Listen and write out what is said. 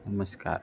નમસ્કાર